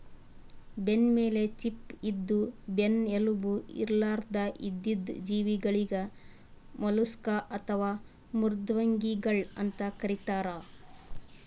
ಬೆನ್ನಮೇಲ್ ಚಿಪ್ಪ ಇದ್ದು ಬೆನ್ನ್ ಎಲುಬು ಇರ್ಲಾರ್ದ್ ಇದ್ದಿದ್ ಜೀವಿಗಳಿಗ್ ಮಲುಸ್ಕ್ ಅಥವಾ ಮೃದ್ವಂಗಿಗಳ್ ಅಂತ್ ಕರಿತಾರ್